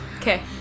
Okay